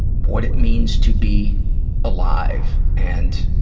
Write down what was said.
what it means to be alive and